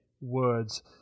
words